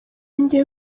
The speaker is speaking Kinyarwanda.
ngiye